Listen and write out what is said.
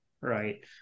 Right